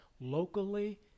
locally